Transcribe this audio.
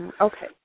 Okay